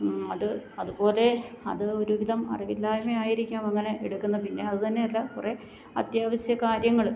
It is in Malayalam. അത് അതുപോലെ അത് ഒരുവിധം അറിവില്ലായ്മയായിരിക്കാം അങ്ങനെ എടുക്കുന്നത് പിന്നെ അത് തന്നെ അല്ല കുറേ അത്യാവശ്യ കാര്യങ്ങൾ